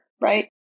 right